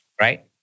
right